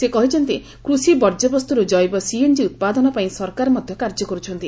ସେ କହିଛନ୍ତି କୃଷି ବର୍ଜ୍ୟବସ୍ତୁରୁ ଜେବ ସିଏନ୍ଜି ଉତ୍ପାଦନପାଇଁ ସରକାର ମଧ୍ୟ କାର୍ଯ୍ୟ କର୍ଛନ୍ତି